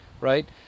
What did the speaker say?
right